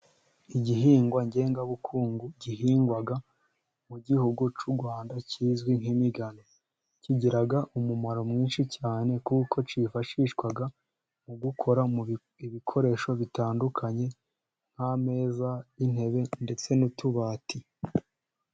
Igihingwa ngengabukungu gihingwa mu gihugu cy'u Rwanda kizwi nk'imigano, kigira umumaro mwinshi cyane, kuko cyifashishwa mu gukora ibikoresho bitandukanye, nk'ameza, intebe ,ndetse n'utubati.